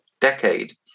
decade